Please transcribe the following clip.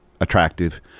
attractive